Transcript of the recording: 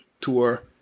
tour